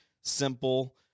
simple